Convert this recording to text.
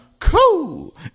cool